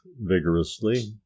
vigorously